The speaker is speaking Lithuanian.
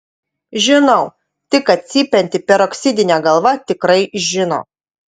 žinau tik kad cypianti peroksidinė galva tikrai žino